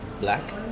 black